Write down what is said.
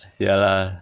ya lah